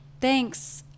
thanks